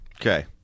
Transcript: Okay